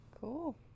Cool